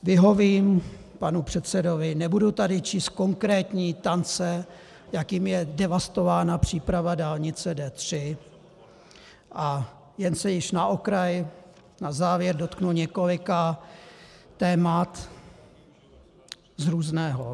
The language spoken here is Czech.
Vyhovím panu předsedovi, nebudu tady číst konkrétní tance, jakými je devastována příprava dálnice D3, a jen se již na okraj na závěr dotknu několika témat z různého.